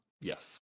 Yes